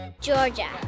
Georgia